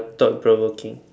thought provoking